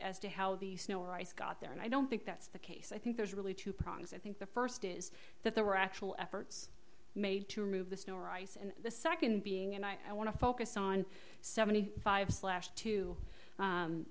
as to how the snow or ice got there and i don't think that's the case i think there's really two prongs i think the first is that there were actual efforts made to remove the snow or ice and the second being and i want to focus on seventy five slash to